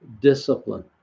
discipline